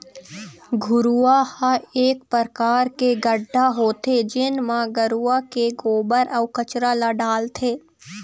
घुरूवा ह एक परकार के गड्ढ़ा होथे जेन म गरूवा के गोबर, अउ कचरा ल डालथे